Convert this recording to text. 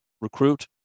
recruit